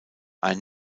ein